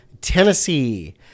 Tennessee